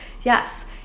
yes